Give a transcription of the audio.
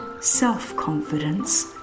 self-confidence